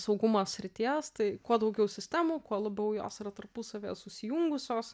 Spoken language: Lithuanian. saugumo srities tai kuo daugiau sistemų kuo labiau jos yra tarpusavyje susijungusios